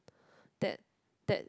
that that